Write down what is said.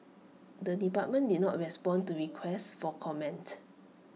the department did not respond to requests for comment